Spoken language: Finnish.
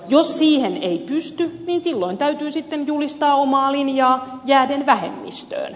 jos siihen ei pysty niin silloin täytyy sitten julistaa omaa linjaa jääden vähemmistöön